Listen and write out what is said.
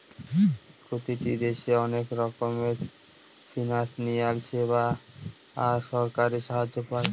প্রতিটি দেশে অনেক রকমের ফিনান্সিয়াল সেবা আর সরকারি সাহায্য পায়